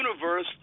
universe